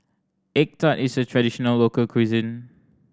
egg tart is a traditional local cuisine